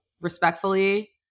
respectfully